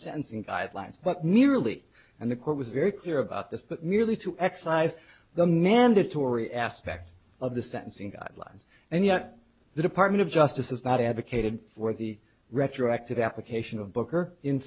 sentencing guidelines but merely and the court was very clear about this but merely to excise the mandatory aspect of the sentencing guidelines and yet the department of justice has not advocated for the retroactive application of booker in